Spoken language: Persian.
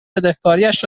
بدهکاریش